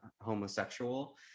homosexual